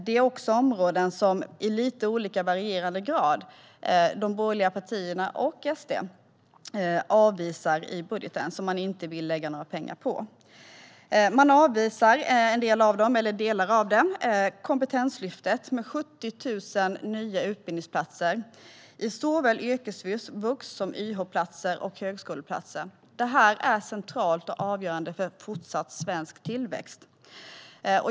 Det är också områden som, i varierande grad, de borgerliga partierna och SD avvisar i budgeten. Man vill inte lägga några pengar på dem. Man avvisar Kompetenslyftet med 70 000 nya utbildningsplatser i såväl yrkesvux som UH-platser och högskoleplatser. Detta är centralt och avgörande för en fortsatt svensk tillväxt.